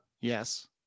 Yes